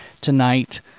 tonight